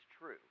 true